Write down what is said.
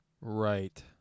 Right